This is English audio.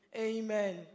amen